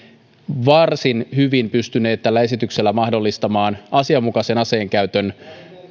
varsin hyvin pystyneet tällä esityksellä mahdollistamaan asianmukaisen aseenkäytön